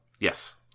Yes